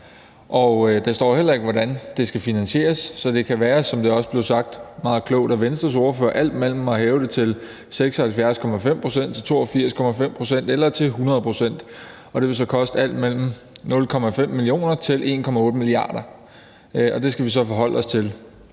og der står heller ikke, hvordan det skal finansieres. Det kan være, som det også blev sagt meget klogt af Venstres ordfører, alt mellem at hæve det til 76,5 pct. til 82,5 pct. eller til 100 pct., og det vil så koste alt mellem 0,5 mio. kr. og 1,8 mia. kr., og det skal vi så forholde os til.